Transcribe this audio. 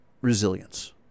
resilience